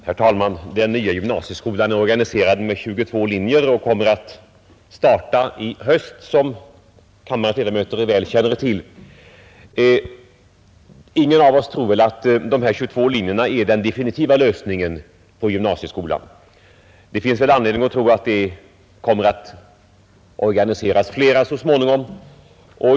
Herr talman! Den nya gymnasieskolan är organiserad med 22 linjer och kommer som kammarens ledamöter väl känner till att starta i höst. Ingen av oss tror väl att dessa 22 linjer är den definitiva lösningen på gymnasieskolan. Det finns anledning att räkna med att det så småningom blir fler linjer.